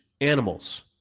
animals